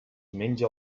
menja